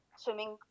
swimming